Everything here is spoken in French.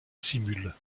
simule